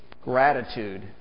gratitude